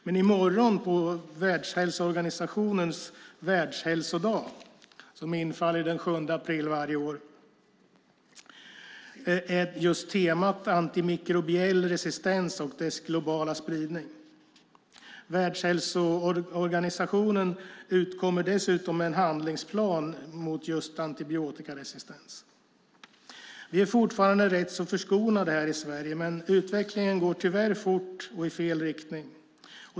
Men i morgon på Världshälsoorganisationen världshälsodag, som infaller den 7 april varje år, är temat just antimikrobiell resistens och dess globala spridning. Världshälsoorganisationen utkommer dessutom med en handlingsplan mot just antibiotikaresistens. Vi är fortfarande rätt förskonade här i Sverige, men utvecklingen går tyvärr fort och i fel riktning.